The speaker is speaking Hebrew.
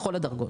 בכל הדרגות.